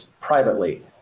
privately